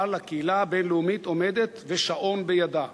אבל הקהילה הבין-לאומית עומדת ושעון בידה,